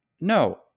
no